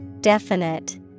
Definite